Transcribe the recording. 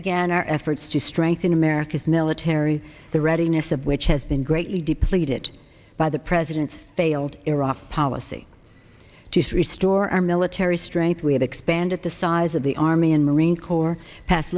began our efforts to strengthen america's military the readiness of which has been greatly depleted by the president's failed iraq policy to three store our military strength we have expanded the size of the army and marine corps pass